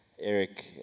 eric